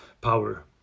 power